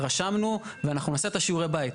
רשמנו ואנחנו נעשה את שיעורי הבית.